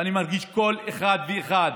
ואני מרגיש כל אחד ואחד